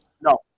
No